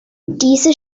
diese